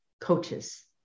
coaches